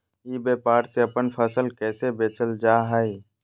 ई व्यापार से अपन फसल कैसे बेचल जा हाय?